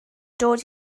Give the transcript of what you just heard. dod